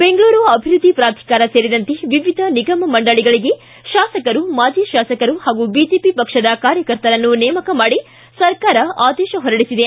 ಬೆಂಗಳೂರು ಅಭಿವೃದ್ಧಿ ಪ್ರಾಧಿಕಾರ ಸೇರಿದಂತೆ ವಿವಿಧ ನಿಗಮ ಮಂಡಳಿಗಳಿಗೆ ಶಾಸಕರು ಮಾಜಿ ಶಾಸಕರು ಹಾಗೂ ಬಿಜೆಪಿ ಪಕ್ಷದ ಕಾರ್ಯಕರ್ತರನ್ನು ನೇಮಕ ಮಾಡಿ ಸರ್ಕಾರ ಆದೇಶ ಹೊರಡಿಸಿದೆ